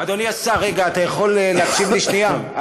אדוני השר, רגע, אתה יכול להקשיב לי שנייה?